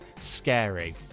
scary